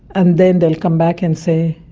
and then they'll come back and say,